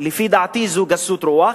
לפי דעתי זו גסות רוח,